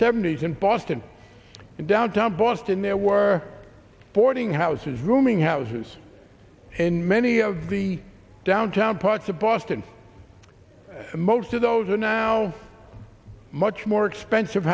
seventy's in boston in downtown boston there were forty houses rooming houses and many of the downtown parts of boston most of those are now much more expensive